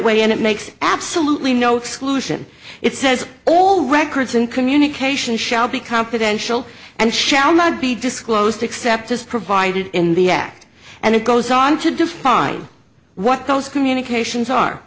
way and it makes absolutely no exclusion it says all records in communication shall be confidential and shall not be disclosed except as provided in the act and it goes on to define what those communications are